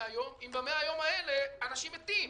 יום אם ב-100 הימים האלה אנשים מתים.